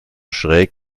schräg